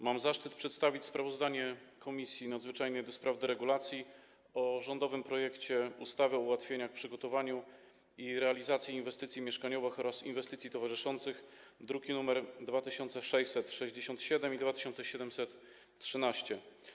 Mam zaszczyt przedstawić sprawozdanie Komisji Nadzwyczajnej do spraw deregulacji o rządowym projekcie ustawy o ułatwieniach w przygotowaniu i realizacji inwestycji mieszkaniowych oraz inwestycji towarzyszących, druki nr 2667 i 2713.